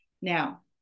now